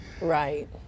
Right